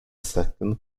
second